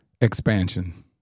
expansion